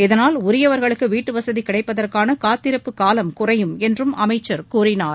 இதனால் உரியவா்களுக்கு வீட்டுவசதி கிடைப்பதற்கான காத்திருப்புக் காலம் குறையும் என்றும் அமைச்சர் கூறினார்